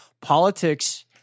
Politics